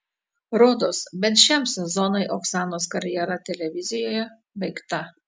rodos bent šiam sezonui oksanos karjera televizijoje baigta